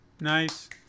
nice